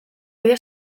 bide